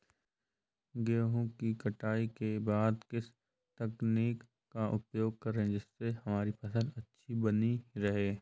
गेहूँ की कटाई के बाद किस तकनीक का उपयोग करें जिससे हमारी फसल अच्छी बनी रहे?